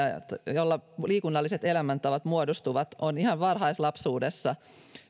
jolla liikunnalliset elämäntavat muodostuvat on ihan varhaislapsuudessa